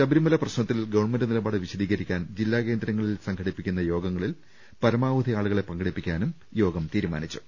ശബരിമല പ്രശ്നത്തിൽ ഗവൺമെന്റ് നിലപാട് വിശദീകരിക്കാൻ ജില്ലാകേന്ദ്രങ്ങളിൽ സംഘടിപ്പിക്കുന്ന യോഗങ്ങളിൽ പരമാവധി ആളുകളെ പങ്കെടുപ്പിക്കാൻ യോഗം തീരുമാനിച്ചു